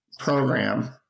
program